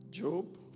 Job